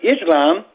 Islam